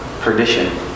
perdition